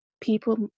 people